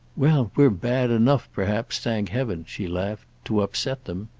well, we're bad enough perhaps, thank heaven, she laughed, to upset them!